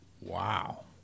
Wow